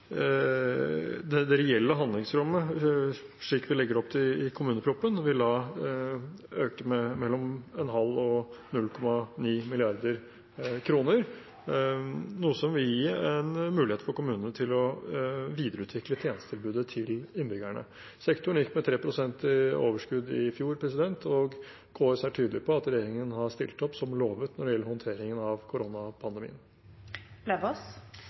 Det reelle handlingsrommet slik vi legger opp til i kommuneproposisjonen, vil da øke med mellom 0,5 mrd. kr og 0,9 mrd. kr, noe som vil gi en mulighet for kommunene til å videreutvikle tjenestetilbudet til innbyggerne. Sektoren gikk med 3 pst. overskudd i fjor, og KS er tydelig på at regjeringen har stilt opp som lovet når det gjelder håndteringen av koronapandemien.